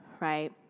right